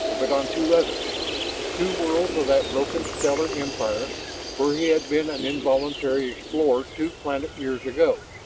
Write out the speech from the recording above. but on two others two worlds of that broken stellar empire where he had been an involuntary explorer two planet years ago!